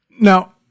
Now